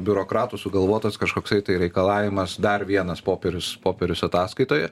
biurokratų sugalvotas kažkoksai tai reikalavimas dar vienas popierius popierius ataskaitoje